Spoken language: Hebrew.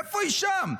איפה היא שם?